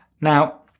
Now